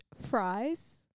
fries